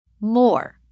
More